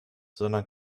sondern